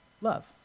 love